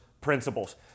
principles